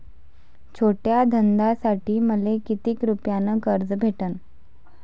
छोट्या धंद्यासाठी मले कितीक रुपयानं कर्ज भेटन?